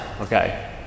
okay